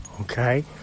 okay